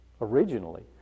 originally